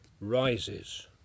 rises